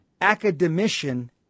academician